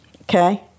okay